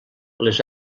les